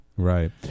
Right